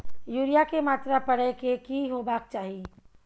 Urea के मात्रा परै के की होबाक चाही?